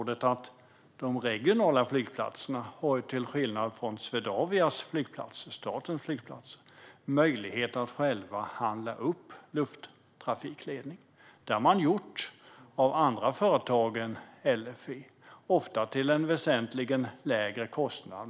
De regionala flygplatserna har, till skillnad från Swedavias, statens, flygplatser, möjlighet att själva handla upp lufttrafikledning. Det har man också gjort, av andra företag än LFV och ofta till en väsentligt lägre kostnad.